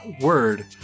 word